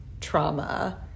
trauma